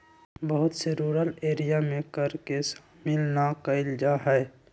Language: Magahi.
बहुत से रूरल एरिया में कर के शामिल ना कइल जा हई